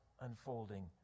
unfolding